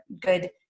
good